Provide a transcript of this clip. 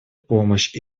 помощь